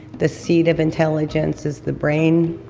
the seat of intelligence is the brain,